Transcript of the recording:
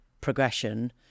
progression